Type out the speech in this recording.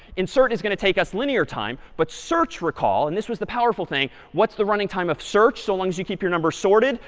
insert is going to take us linear time. but search recall and this was the powerful thing what's the running time of search so long as you keep your number sorted?